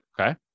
Okay